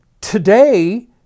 today